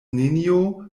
nenio